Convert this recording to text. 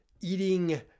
eating